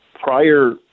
prior